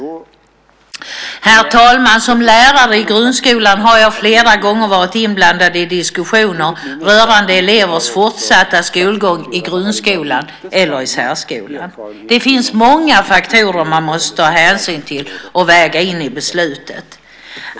Herr talman! Som lärare i grundskolan har jag flera gånger varit inblandad i diskussioner rörande elevers fortsatta skolgång i grundskolan eller i särskolan. Det finns många faktorer man måste ta hänsyn till och väga in i beslutet.